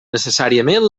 necessàriament